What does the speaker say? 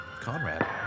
Conrad